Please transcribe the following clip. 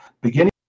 beginning